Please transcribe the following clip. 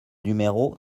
numéro